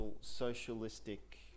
socialistic